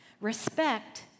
respect